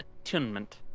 attunement